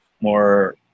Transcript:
more